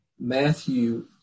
Matthew